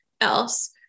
else